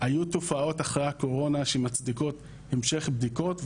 היו תופעות אחרי הקורונה שמצדיקות המשך בדיקות,